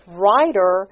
writer